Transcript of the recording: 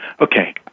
Okay